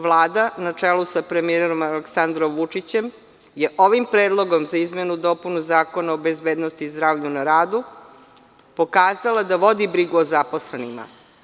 Vlada na čelu sa premijerom Aleksandrom Vučićem je ovim Predlogom za izmenu i dopunu Zakona o bezbednosti i zdravlja na radu pokazala da vodi brigu o zaposlenima.